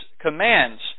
commands